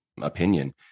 opinion